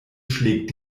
schlägt